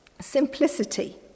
Simplicity